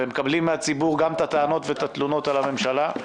ומקבלים מן הציבור גם את הטענות ואת התלונות על הממשלה.